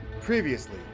previously